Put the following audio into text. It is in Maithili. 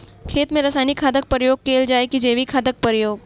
खेत मे रासायनिक खादक प्रयोग कैल जाय की जैविक खादक प्रयोग?